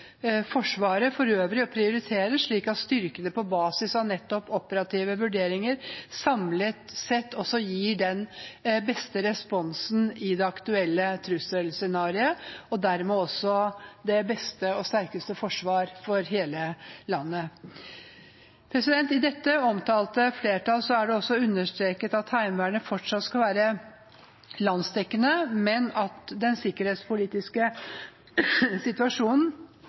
Forsvaret for øvrig å prioritere, slik at styrkene på basis av operative vurderinger samlet sett gir den beste responsen i det aktuelle trusselscenariet, og dermed også det beste og sterkeste forsvaret av hele landet. Det omtalte flertallet understreker også at Heimevernet fortsatt skal være landsdekkende, men at den sikkerhetspolitiske situasjonen